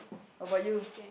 how about you